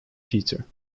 peter